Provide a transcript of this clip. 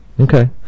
Okay